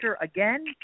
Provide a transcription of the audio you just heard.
again